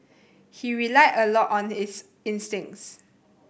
he relied a lot on his instincts